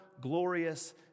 glorious